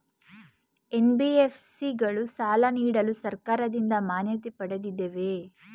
NBFC ಗಳು ಸಾಲ ನೀಡಲು ಸರ್ಕಾರದಿಂದ ಮಾನ್ಯತೆ ಪಡೆದಿವೆಯೇ?